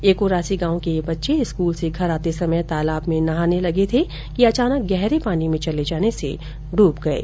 एकोरासी गांव के ये बच्चे स्कूल से घर आते समय तालाब में नहाने लग गये थे कि अचानक गहरे पानी में चले जाने से डूब गये